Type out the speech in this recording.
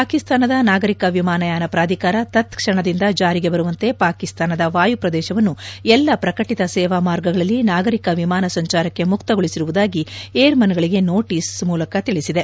ಪಾಕಿಸ್ತಾನದ ನಾಗರಿಕ ವಿಮಾನಯಾನ ಪ್ರಾಧಿಕಾರ ತತ್ ಕ್ಷಣದಿಂದ ಜಾರಿಗೆ ಬರುವಂತೆ ಪಾಕಿಸ್ತಾನದ ವಾಯು ಪ್ರದೇಶವನ್ನು ಎಲ್ಲ ಪ್ರಕಟಿತ ಸೇವಾ ಮಾರ್ಗಗಳಲ್ಲಿ ನಾಗರಿಕ ವಿಮಾನ ಸಂಚಾರಕ್ಕೆ ಮುಕ್ತಗೊಳಿಸಿರುವುದಾಗಿ ಏರ್ ಮನ್ ಗಳಿಗೆ ನೋಟಿಸ್ ಮೂಲಕ ತಿಳಿಸಿದೆ